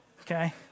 Okay